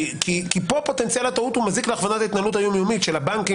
כי פה פוטנציאל הטעות מזיק להכוונת ההתנהלות היום-יומית של הבנקים,